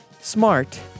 smart